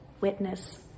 witness